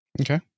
Okay